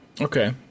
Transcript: Okay